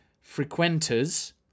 frequenters